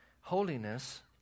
holiness